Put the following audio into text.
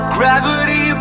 Gravity